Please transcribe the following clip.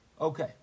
Okay